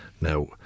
Now